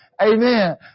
Amen